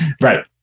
right